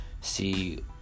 see